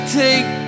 take